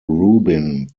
rubin